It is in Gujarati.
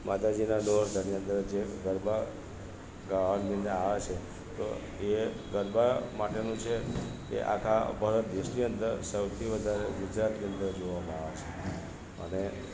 માતાજીના નોરતાની અંદર જે ગરબા ગાવાના આવે છે તો એ ગરબા માટેનું જે એ આખા ભારત દેશની અંદર સૌથી વધારે ગુજરાતની અંદર જોવામાં આવે છે અને